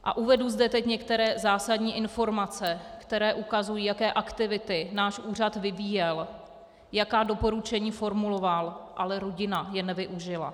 A uvedu zde teď některé zásadní informace, které ukazují, jaké aktivity náš úřad vyvíjel, jaká doporučení formuloval, ale rodina je nevyužila.